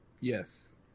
Yes